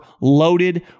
loaded